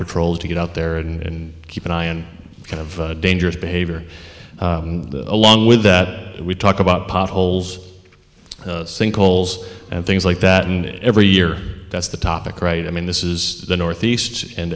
patrols to get out there and keep an eye on kind of dangerous behavior along with that we talk about potholes sinkholes and things like that and every year that's the topic right i mean this is the northeast and